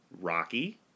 Rocky